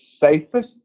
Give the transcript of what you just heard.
safest